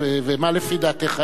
ומה לפי דעתך האמת?